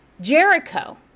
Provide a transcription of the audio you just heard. Jericho